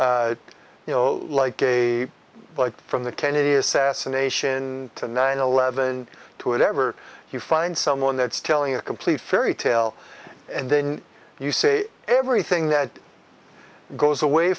be you know like a like from the kennedy assassination to nine eleven to whatever you find someone that's telling a complete fairy tale and then you say everything that goes away